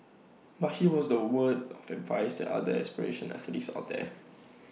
but he was the word of advice other aspirition athletes out there